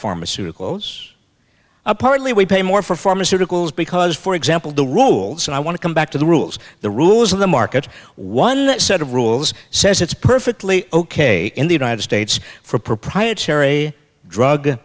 pharmaceuticals apparently we pay more for pharmaceuticals because for example the rules i want to come back to the rules the rules of the market one set of rules says it's perfectly ok in the united states for proprietary drug